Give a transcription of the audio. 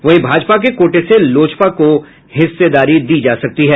वहीं भाजपा के कोटे से लोजपा को हिस्सेदारी दी जा सकती है